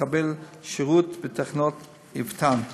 לקבל שירות בתחנת אבטין.